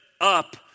up